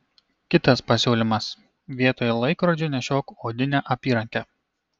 kitas pasiūlymas vietoj laikrodžio nešiok odinę apyrankę